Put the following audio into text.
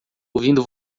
ouvindo